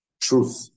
truth